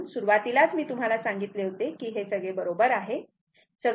म्हणून सुरुवातीलाच मी तुम्हाला हे सांगितले होते की हे सगळेच बरोबर आहे